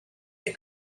that